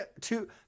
two